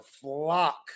flock